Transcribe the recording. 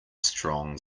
strong